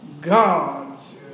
God's